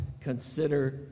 consider